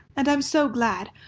and i'm so glad.